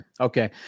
Okay